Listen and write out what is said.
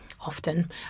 often